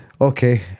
Okay